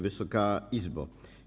Wysoka Izbo!